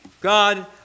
God